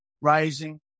rising